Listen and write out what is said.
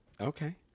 okay